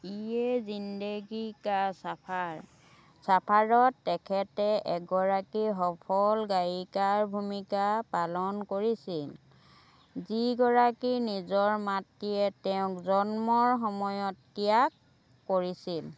ইয়ে জিন্দেগী কা চাফাৰ চাফাৰত তেখেতে এগৰাকী সফল গায়িকাৰ ভূমিকা পালন কৰিছিল যিগৰাকী নিজৰ মাতৃয়ে তেওঁক জন্মৰ সময়ত ত্যাগ কৰিছিল